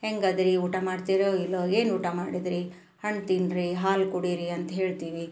ಹೆಂಗದಿರಿ ಊಟ ಮಾಡ್ತೀರೊ ಇಲ್ವೊ ಏನು ಊಟ ಮಾಡಿದ್ರಿ ಹಣ್ಣು ತಿನ್ನಿರಿ ಹಾಲು ಕುಡೀರಿ ಅಂತ ಹೇಳ್ತೀವಿ